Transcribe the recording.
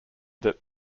that